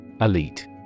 Elite